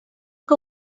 que